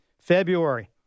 February